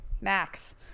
max